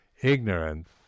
ignorance